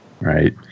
Right